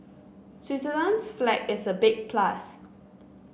Switzerland's flag is a big plus